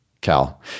Cal